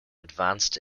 advanced